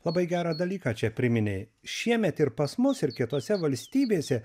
labai gerą dalyką čia priminei šiemet ir pas mus ir kitose valstybėse